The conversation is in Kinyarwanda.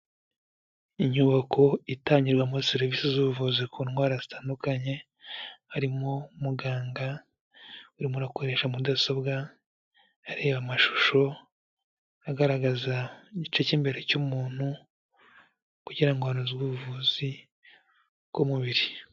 Inyubako itangirwamo serivisi z'ubuvuzi ku ndwara zitandukanye. Harimo muganga urimo akoresha mudasobwa areba amashusho agaragaza igice cy'imbere cy'umuntu kugira ngo hanozwe ubuvuzi bw'umubiri.